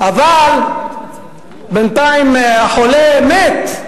אבל בינתיים החולה מת.